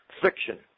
friction